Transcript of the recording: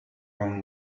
room